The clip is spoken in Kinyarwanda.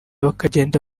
bakagenda